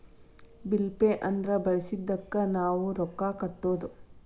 bill pay ಅಂದ್ರ ಬಳಸಿದ್ದಕ್ಕ್ ನಾವ್ ರೊಕ್ಕಾ ಕಟ್ಟೋದು